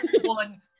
one